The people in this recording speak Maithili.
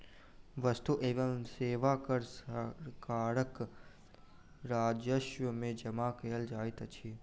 वस्तु एवं सेवा कर सरकारक राजस्व में जमा कयल जाइत अछि